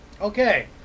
okay